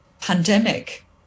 pandemic